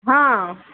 ہاں